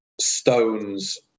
Stones